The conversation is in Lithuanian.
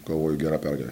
galvoju gera pergale